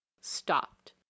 stopped